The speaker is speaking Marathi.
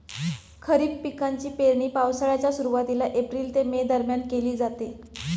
खरीप पिकांची पेरणी पावसाळ्याच्या सुरुवातीला एप्रिल ते मे दरम्यान केली जाते